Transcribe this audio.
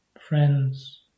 friends